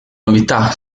novità